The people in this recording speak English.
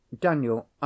Daniel